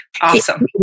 Awesome